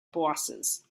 bosses